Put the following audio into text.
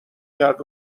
کرد